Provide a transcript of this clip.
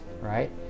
right